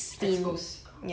exposed